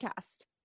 podcast